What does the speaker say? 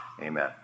Amen